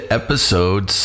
episode